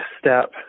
step